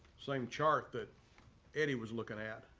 same chart that edie was looking at.